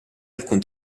alcun